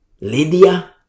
Lydia